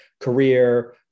career